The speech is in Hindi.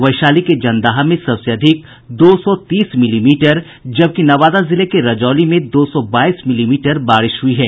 वैशाली के जंदाहा में सबसे अधिक दो सौ तीस मिलीमीटर जबकि नवादा जिले के रजौली में दो सौ बाईस मिलीमीटर बारिश हुयी है